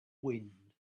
wind